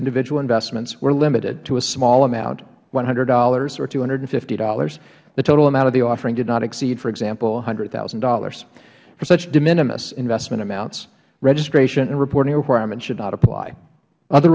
individual investments were limited to a small amount one hundred dollars or two hundred and fifty dollars the total amount of the offering did not exceed for example one hundred thousand dollars for such de minimis investment amounts registration and reporting requirements should not apply other